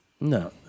No